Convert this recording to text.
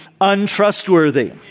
untrustworthy